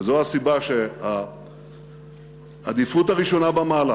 וזו הסיבה שהעדיפות הראשונה במעלה